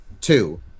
two